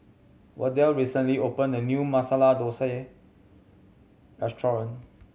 Wardell recently opened a new Masala Dosa Restaurant